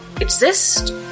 exist